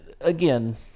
again